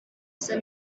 said